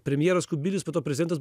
premjeras kubilius po to prezidentas